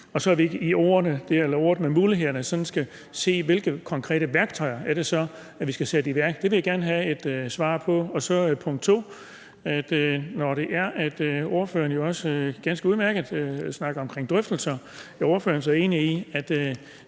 sådan at vi ikke med ordet mulighederne skal se på, hvilke konkrete værktøjer det så er, vi skal sætte ind med? Det vil jeg gerne have et svar på. Og næste punkt: Når det er, at ordføreren også ganske udmærket snakker om drøftelser, er ordføreren så enig i, at